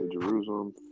Jerusalem